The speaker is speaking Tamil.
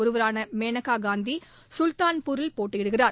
ஒருவரானமேனகாகாந்திசுல்தான்பூரில்போட்டியிடுகிறார்